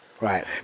Right